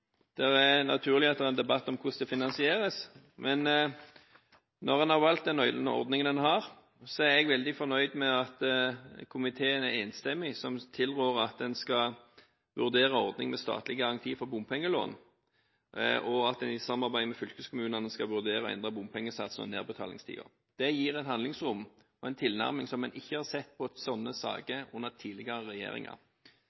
Det er naturlig at det blir en debatt om hvordan det finansieres, men når en har valgt den ordningen en har, er jeg veldig fornøyd med at komiteen er enstemmig, og tilrår at en skal vurdere en ordning med statlig garanti for bompengelån, og at en i samarbeid med fylkeskommunene skal vurdere å endre bompengesatsene og nedbetalingstiden. Det gir et handlingsrom og en tilnærming som en ikke har sett i sånne